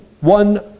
one